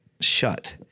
shut